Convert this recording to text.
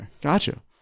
Gotcha